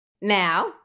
Now